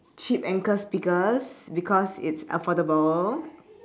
chips anchors speaker because it's affordable